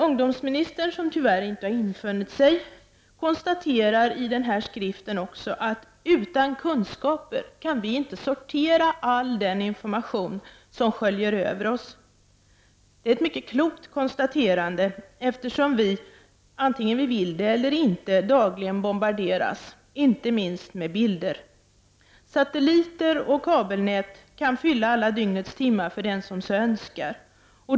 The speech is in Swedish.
Ungdomsministern, som tyvärr inte har infunnit sig, konstaterar i denna skrift, att utan kunskaper kan vi inte sortera all den information som sköljer över oss. Det är ett mycket klokt konstaterande eftersom vi, vare sig vi vill det eller inte, dagligen bombarderas inte minst av bil der. Satelliter och kabelnät kan fylla alla dygnets timmar för den som så önskar.